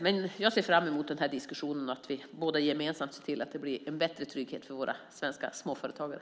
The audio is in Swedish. Men jag ser fram mot denna diskussion och att vi båda gemensamt ser till att det blir bättre trygghet för våra svenska småföretagare.